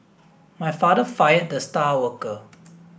my father fired the star worker